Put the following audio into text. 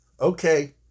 okay